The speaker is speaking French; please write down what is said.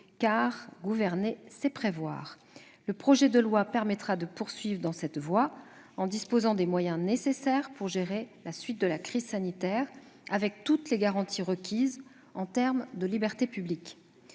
car gouverner, c'est prévoir. Le projet de loi permettra de poursuivre dans cette voie, en disposant des moyens nécessaires pour gérer la suite de la crise sanitaire, avec toutes les garanties requises en termes de libertés publiques.